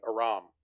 Aram